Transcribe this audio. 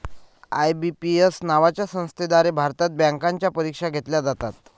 IBPS नावाच्या संस्थेद्वारे भारतात बँकांच्या परीक्षा घेतल्या जातात